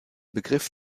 begriff